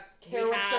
character